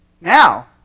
Now